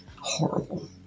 horrible